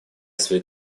свои